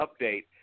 update